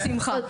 בשמחה.